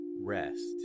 rest